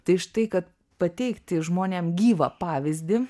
tai štai kad pateikti žmonėm gyvą pavyzdį